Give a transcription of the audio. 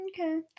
Okay